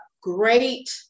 great